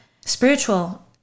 spiritual